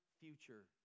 future